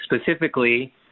specifically